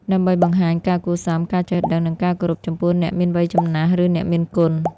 ដើម្បីបង្ហាញការគួរសម ការចេះដឹង និងការគោរពចំពោះអ្នកមានវ័យចំណាស់ ឬអ្នកមានគុណ។